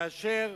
כאשר